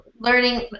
Learning